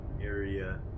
area